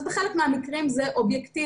אז בחלק מהמקרים זה אובייקטיבי,